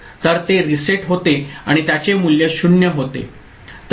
तर ते रीसेट होते आणि त्याचे मूल्य 0 होते